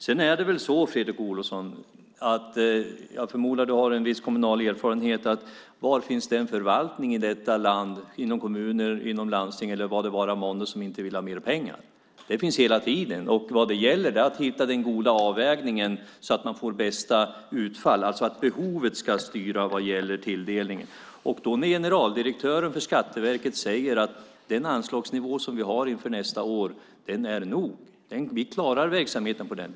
Jag förmodar att Fredrik Olovsson har en viss kommunal erfarenhet. Var finns den förvaltning i detta land, inom kommuner och inom landsting eller var det vara månde, som inte vill ha mer pengar? De finns hela tiden. Det gäller att hitta den goda avvägningen så att man får bästa utfall. Behovet ska styra vad gäller tilldelningen. Generaldirektören för Skatteverket har sagt att den anslagsnivå som verket har inför nästa år är nog. Verket klarar verksamheten.